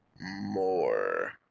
more